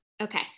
Okay